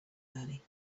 early